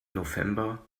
november